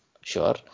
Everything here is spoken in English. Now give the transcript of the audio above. sure